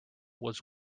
was